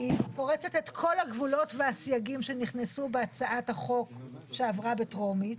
היא פורצת את כל הגבולות והסייגים שנכנסו בהצעת החוק שעברה בטרומית.